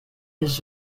his